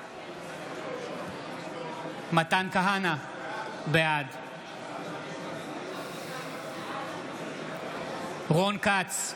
בעד מתן כהנא, בעד רון כץ,